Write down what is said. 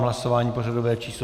Hlasování pořadové číslo 199.